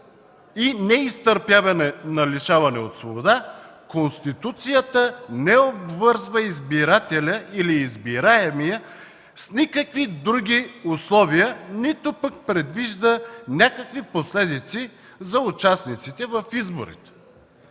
и неизтърпяване на лишаване от свобода Конституцията не обвързва избирателя или избираемия с никакви други условия, нито пък предвижда някакви последици за участниците в изборите.